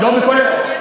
לא בכל המקצועות.